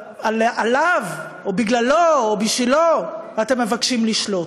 שעליו, או בגללו, או בשבילו, אתם מבקשים לשלוט?